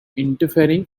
interfering